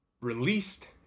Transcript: released